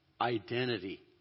identity